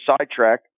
sidetrack